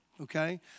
okay